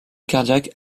cardiaques